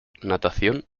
natación